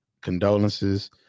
Condolences